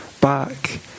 back